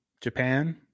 Japan